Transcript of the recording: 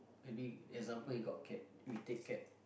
maybe example you got cat we take cat